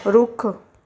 ਰੁੱਖ